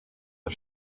der